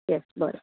येस बरें